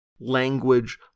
language